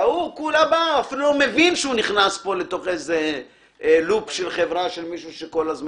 וההוא בכלל לא מבין שהוא נכנס פה ללופ של חברה כזאת.